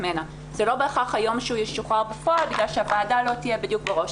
זה לא בהכרח היום שהוא ישוחרר בפועל בגלל שהוועדה לא תהיה בדיוק מראש.